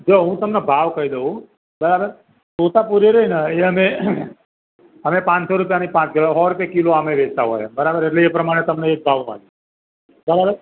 જો હું તમને ભાવ કહી દઉં બરાબર તોતાપુરી રહી ને એ અમે પાંચસો રૂપિયની પાંચ કિલો સો રૂપયે કિલો અમે વેચતા હોઇએ છીએ બરાબર એટલે એ પ્રમાણે તમને એ જ ભાવમાં આપીશું બરાબર